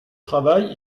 travail